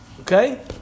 Okay